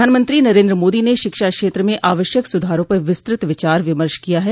प्रधानमंत्री नरेन्द्र मोदी ने शिक्षा क्षत्र में आवश्यक सुधारों पर विस्तृत विचार विमर्श किया है